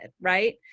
right